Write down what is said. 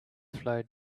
flowed